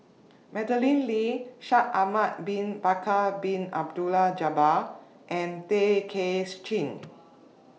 Madeleine Lee Shaikh Ahmad Bin Bakar Bin Abdullah Jabbar and Tay Kay Chin